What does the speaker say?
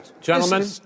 gentlemen